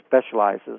specializes